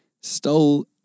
stole